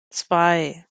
zwei